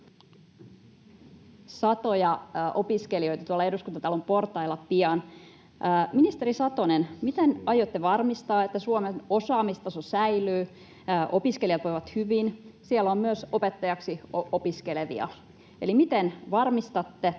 satoja opiskelijoita tuolla Eduskuntatalon portailla pian. Ministeri Satonen, miten aiotte varmistaa, että Suomen osaamistaso säilyy ja opiskelijat voivat hyvin? Siellä on myös opettajaksi opiskelevia. Miten varmistatte,